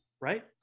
right